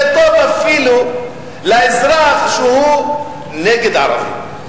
זה טוב אפילו לאזרח שהוא נגד ערבים,